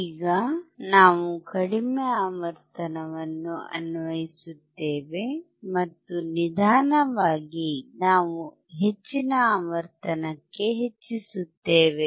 ಈಗ ನಾವು ಕಡಿಮೆ ಆವರ್ತನವನ್ನು ಅನ್ವಯಿಸುತ್ತೇವೆ ಮತ್ತು ನಿಧಾನವಾಗಿ ನಾವು ಹೆಚ್ಚಿನ ಆವರ್ತನಕ್ಕೆ ಹೆಚ್ಛಿಸುತ್ತೇವೆ